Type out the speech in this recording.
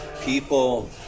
people